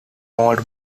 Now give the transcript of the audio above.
mold